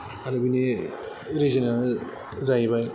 आरो बिनि रिजोन आ जाहैबाय